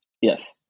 yes